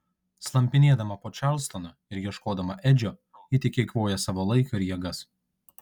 slampinėdama po čarlstoną ir ieškodama edžio ji tik eikvoja savo laiką ir jėgas